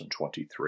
2023